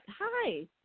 hi